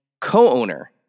co-owner